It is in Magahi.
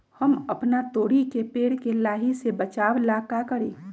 हम अपना तोरी के पेड़ के लाही से बचाव ला का करी?